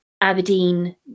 Aberdeen